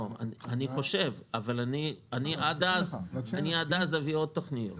אני חושב אבל עד אז אביא עוד תוכניות.